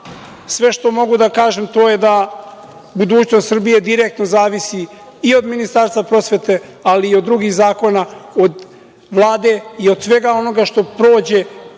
sve što mogu da kažem, to je da budućnost Srbije direktno zavisi i od Ministarstva prosvete, ali i od drugih zakona od Vlade i od svega onoga što prođe